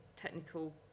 technical